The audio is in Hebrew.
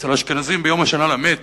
אצל האשכנזים זה ביום השנה למת.